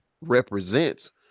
represents